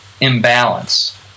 imbalance